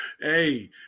Hey